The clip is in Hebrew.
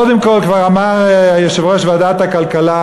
קודם כול, כבר אמר יושב-ראש ועדת הכלכלה,